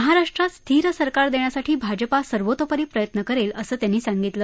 महाराष्ट्रात स्थिर सरकार देण्यासाठी भाजपा सर्वतोपरी प्रयत्न करेल असं त्यांनी सांगितलं